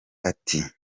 ati